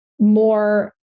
more